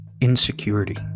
insecurity